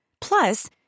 Plus